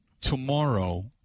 tomorrow